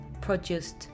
produced